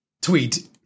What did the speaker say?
tweet